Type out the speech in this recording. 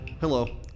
Hello